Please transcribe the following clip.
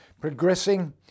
Progressing